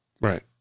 Right